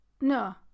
No